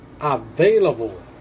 available